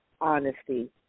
honesty